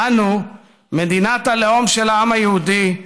אנו מדינת הלאום של העם היהודי,